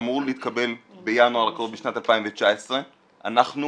אמור להתקבל בינואר הקרוב בשנת 2019. אנחנו